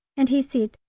and he said,